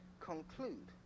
conclude